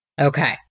Okay